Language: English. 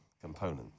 component